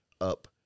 up